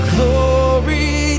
Glory